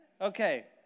Okay